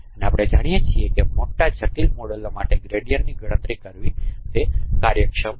અને આપણે જાણીએ છીએ કે મોટા જટિલ મોડેલો માટે ગ્રેડીયંટ ની ગણતરી કરવી તે કાર્યક્ષમ છે